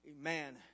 Amen